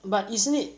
but isn't it